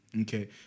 Okay